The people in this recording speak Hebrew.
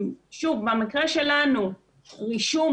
במקרה שלנו רישום